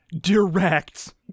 direct